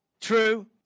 True